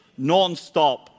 nonstop